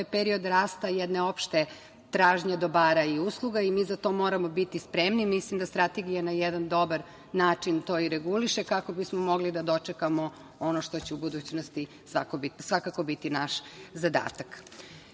period rasta jedne opšte tražnje dobara i usluga i mi za to moramo biti spremni. Mislim da Strategija na jedan dobar način to i reguliše kako bismo mogli da dočekamo ono što će u budućnosti svakako biti naš zadatak. Iz